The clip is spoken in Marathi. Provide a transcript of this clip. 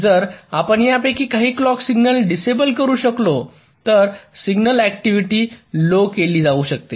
जर आपण यापैकी काही क्लॉक सिग्नल डिसेबल करू शकलो तर सिग्नल ऍक्टिव्हिटी लो केली जाऊ शकते